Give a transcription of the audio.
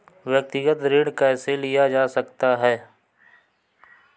व्यक्तिगत ऋण कैसे लिया जा सकता है?